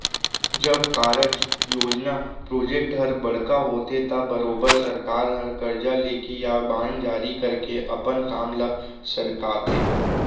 जब कारज, योजना प्रोजेक्ट हर बड़का होथे त बरोबर सरकार हर करजा लेके या बांड जारी करके अपन काम ल सरकाथे